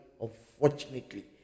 unfortunately